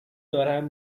دارم